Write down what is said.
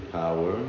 power